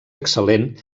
excel·lent